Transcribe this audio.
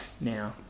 now